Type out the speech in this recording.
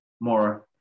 more